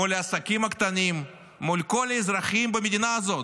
מול העסקים הקטנים, מול כל האזרחים במדינה הזאת,